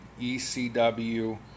ECW